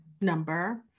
number